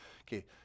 Okay